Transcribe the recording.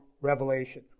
Revelation